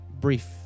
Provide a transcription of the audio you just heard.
brief